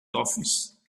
office